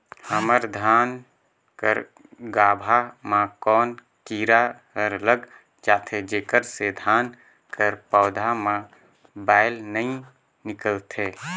हमर धान कर गाभा म कौन कीरा हर लग जाथे जेकर से धान कर पौधा म बाएल नइ निकलथे?